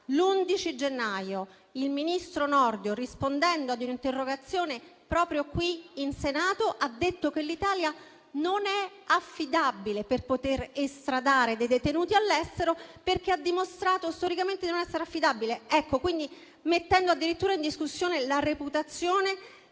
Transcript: L'11 gennaio il ministro Nordio, rispondendo a un'interrogazione proprio qui in Senato, ha detto che l'Italia non è affidabile per poter estradare dei detenuti all'estero perché ha dimostrato storicamente di non esserlo, mettendo addirittura in discussione la reputazione